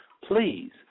please